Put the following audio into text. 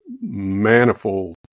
manifold